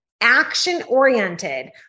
action-oriented